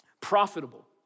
profitable